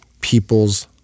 people's